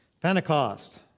Pentecost